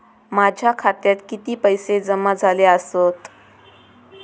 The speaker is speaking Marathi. माझ्या खात्यात किती पैसे जमा झाले आसत?